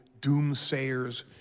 Doomsayers